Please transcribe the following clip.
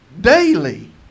daily